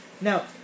Now